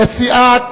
נשיאת